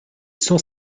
cent